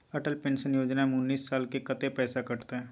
Atal pension Yojana में उनैस साल के कत्ते पैसा कटते?